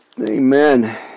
Amen